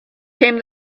came